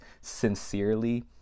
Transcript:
sincerely